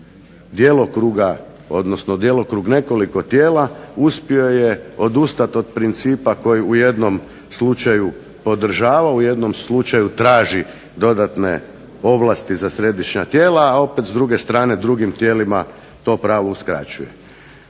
djelokruga, odnosno djelokrug nekoliko tijela uspio je odustati od principa koji u jednom slučaju podržava, u jednom slučaju traži dodatne ovlasti za središnja tijela, a opet s druge strane drugim tijelima to pravo uskraćuje.